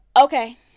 okay